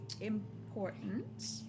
important